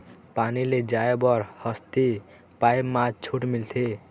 पानी ले जाय बर हसती पाइप मा छूट मिलथे?